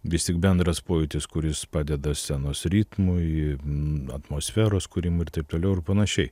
vis tik bendras pojūtis kuris padeda scenos ritmui atmosferos kūrimui ir taip toliau ir panašiai